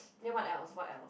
then what else what else